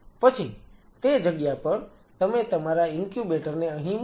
પછી તે જગ્યા પર તમે તમારા ઇન્ક્યુબેટર ને અહીં મૂકો